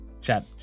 chat